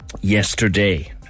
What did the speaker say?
yesterday